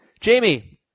Jamie